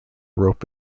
rope